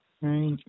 right